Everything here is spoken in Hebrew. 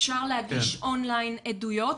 אפשר להגיש און-ליין עדויות,